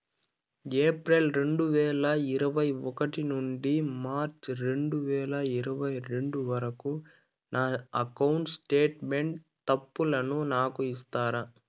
April రెండు వేల ఇరవై ఒకటి నుండి మార్చ్ రెండు వేల ఇరవై రెండు వరకు నా అకౌంట్ స్టేట్మెంట్ తప్పులను నాకు ఇస్తారా?